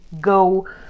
go